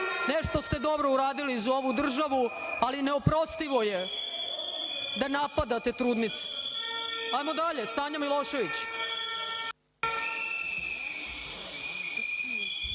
Nešto ste dobro uradili za ovu državu, ali neoprostivo je da napadate trudnicu. Sanja Milošević.